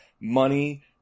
money